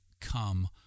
come